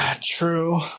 True